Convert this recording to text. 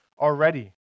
already